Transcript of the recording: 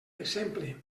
exemple